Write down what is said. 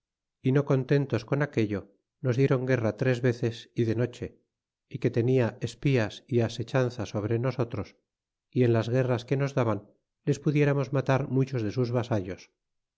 y no contentos con aquello nos dieron guerra tres veces y de noche y que té nia espías y asechanzas sobre nosotros y en las guerras que nos daban les pudieramos matar muchos de sus vasallos